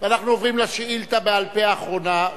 אנחנו עוברים לשאילתא בעל-פה האחרונה,